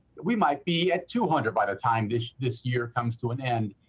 we might be at two hundred by the time this this year comes to an end.